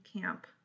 Camp